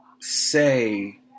say